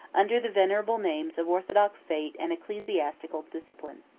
under the venerable names of orthodox faith and ecclesiastical discipline.